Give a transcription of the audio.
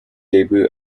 debut